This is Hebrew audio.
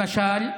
למשל,